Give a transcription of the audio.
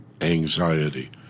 anxiety